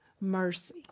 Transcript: mercy